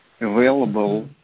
available